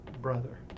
brother